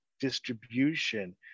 distribution